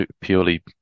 purely